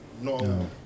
No